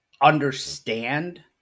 understand